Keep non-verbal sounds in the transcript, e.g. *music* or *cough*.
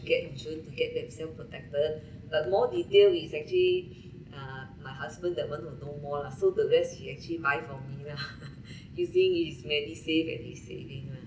get insurance to get themselves protector like more detail is actually uh my husband that want to know more lah so the best he actually buy for me lah *laughs* he's doing his MediSave and he's saving [one]